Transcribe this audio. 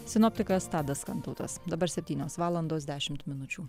sinoptikas tadas kantautas dabar septynios valandos dešimt minučių